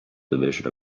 division